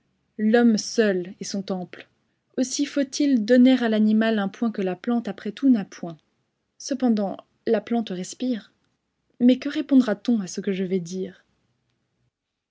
l'homme seul est son temple aussi faut-il donner à l'animal un point que la plante après tout n'a point cependant la plante respire mais que répondra-t-on à ce que je vais dire